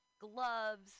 gloves